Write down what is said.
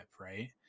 right